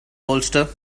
bolster